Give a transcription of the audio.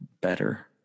better